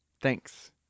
Thanks